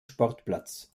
sportplatz